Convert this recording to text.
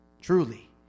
Truly